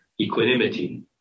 Equanimity